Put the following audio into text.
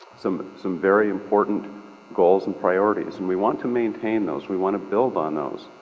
some some very important goals and priorities. and we want to maintain those. we want to build on those.